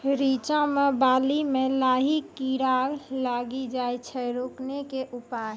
रिचा मे बाली मैं लाही कीड़ा लागी जाए छै रोकने के उपाय?